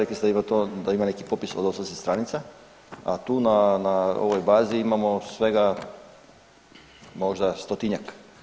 Rekli ste da ima neki popis od 80 stranica, a tu na ovoj bazi imamo svega možda stotinjak.